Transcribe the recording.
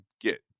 get